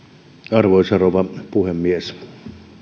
arvoisa rouva puhemies